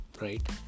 Right